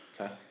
Okay